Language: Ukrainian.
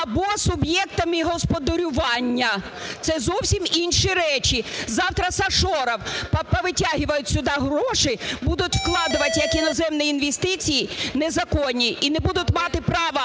(або) суб'єктами господарювання. Це зовсім інші речі. Завтра з офшорів повитягають сюди гроші, будуть вкладати як іноземні інвестиції незаконні і не будуть мати права